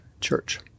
Church